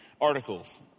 articles